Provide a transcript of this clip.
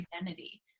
identity